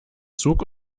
zug